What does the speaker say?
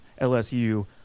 LSU